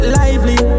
lively